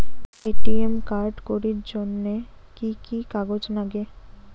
ATM card করির জন্যে কি কি কাগজ নাগে?